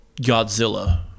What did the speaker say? Godzilla